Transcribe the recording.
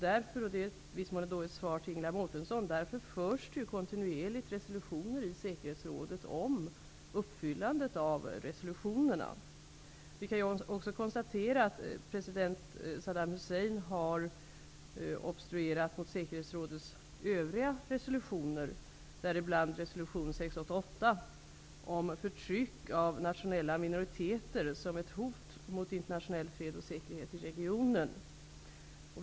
Därför -- och det är i viss mån ett svar till Ingela Mårtensson -- förs kontinuerligt diskussioner i säkerhetsrådet om uppfyllandet av resolutionerna. President Saddam Hussein har obstruerat mot säkerhetsrådets övriga resolutioner, däribland resolution 688 om förtryck av nationella minoriteter som ett hot mot internationell fred och säkerhet i regionen.